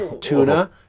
tuna